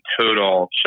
total